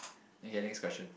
are you getting next question